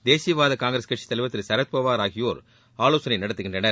தேசியவாத காங்கிரஸ் கட்சித் தலைவர் திரு சரத்பவார் ஆகியோர் ஆலோசனை நடத்துகின்றனர்